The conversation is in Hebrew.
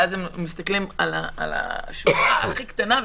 ואז הם מסתכלים על השורה הכי קטנה,